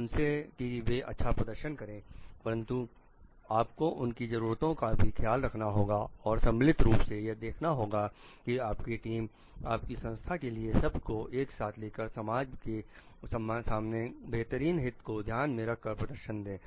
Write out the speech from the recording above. उनसे कि वे अच्छा प्रदर्शन करें परंतु आपको उनकी जरूरतों का भी ख्याल रखना होगा और सम्मिलित रूप से यह देखना होगा कि आपकी टीम आपकी संस्था के साथ सब को एक साथ लेकर समाज के सबसे बेहतरीन हित को ध्यान में रखकर प्रदर्शन दे